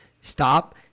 Stop